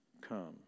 come